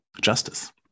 justice